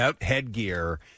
headgear